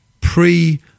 pre